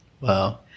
Wow